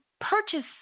purchase